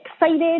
excited